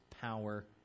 power